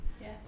Yes